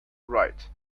right